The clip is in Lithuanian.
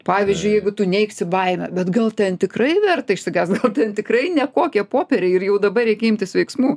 pavyzdžiui jeigu tu neigsi baimę bet gal ten tikrai verta išsigąst gal ten tikrai nekokie popieriai ir jau dabar reikia imtis veiksmų